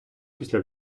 після